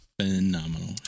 Phenomenal